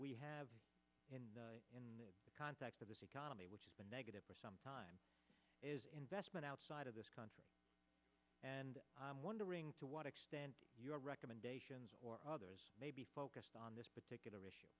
have in the context of this economy which has been negative for some time investment outside of this country and wondering to what extent your recommendations or others may be focused on this particular issue